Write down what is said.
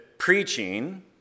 Preaching